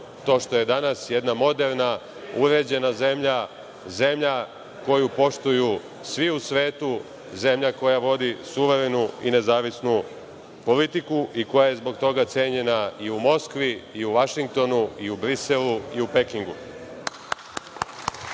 to što je danas, jedna moderna, uređena zemlja, zemlja koju poštuju svi u svetu, zemlja koja vodi suverenu i nezavisnu politiku i koja je zbog toga cenjena i u Moskvi, i u Vašingtonu, i u Briselu, i u Pekingu. Što